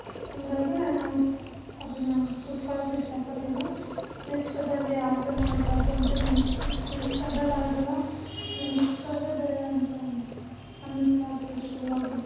ಹಾಗಾಗಿ ನಾನು ಅದನ್ನು ಉಟ್ಕೊಳ್ಳೋಕ್ಕೂ ಇಷ್ಟಪಡಲಿಲ್ಲ ನೆಕ್ಸ್ಟ್ ಅದರಲ್ಲಿ ಆಡ್ರು ಮಾಡಬಾರ್ದು ಅಂತ ಅನಿಸ್ತು ನೆಕ್ಸ್ಟ್ ಅದ್ರಲ್ಲಿ ಆರ್ಡ್ರಲ್ಲ ಅದನ್ನ ಉಟ್ಕೊಳ್ಳೋದೇ ಬೇಡ ಅಂತ ಅನ್ನಿಸಕ್ಕೆ ಶುರುವಾಗಿಬಿಡ್ತು